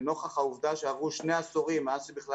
לנוכח העובדה שעברו שני עשורים מאז שבכלל